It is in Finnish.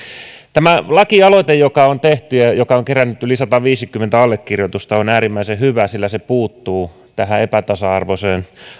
tämä lakialoite joka on tehty ja ja joka on kerännyt yli sataviisikymmentä allekirjoitusta on äärimmäisen hyvä sillä se puuttuu tähän epätasa arvoiseen